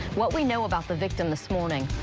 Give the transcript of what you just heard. what we know about the victim this morning.